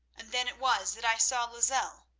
and then it was that i saw lozelle,